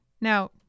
Now